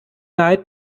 night